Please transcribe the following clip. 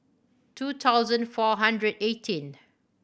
two thousand four hundred eighteenth